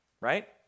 right